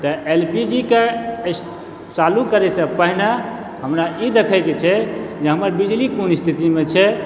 तऽ एलपीजीके चालू करैसँ पहिने हमरा ई देखैके छै जे हमर बिजली कोन स्थितिमे छै